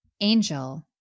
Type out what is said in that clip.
Angel